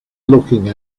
looking